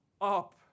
up